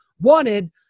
wanted